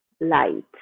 light